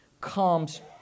comes